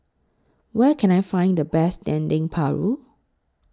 Where Can I Find The Best Dendeng Paru